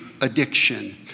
addiction